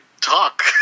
talk